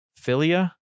Philia